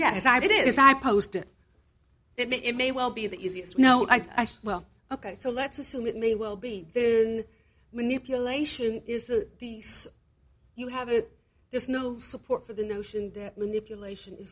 did it is i posted it may well be the easiest no i say well ok so let's assume it may well be in manipulation is a piece you have it there's no support for the notion that manipulation